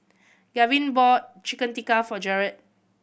Gavin bought Chicken Tikka for Jarad